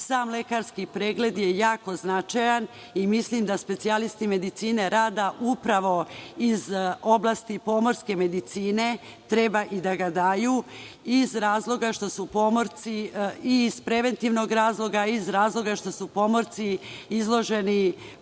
sam lekarski pregled je jako značajan i mislim da specijalisti medicine rada upravo iz oblasti pomorske medicine, treba i da ga daju, iz razloga što su pomorci, iz